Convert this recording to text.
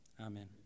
amen